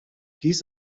dies